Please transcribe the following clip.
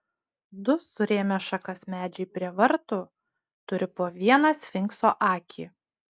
du surėmę šakas medžiai prie vartų turi po vieną sfinkso akį